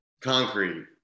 concrete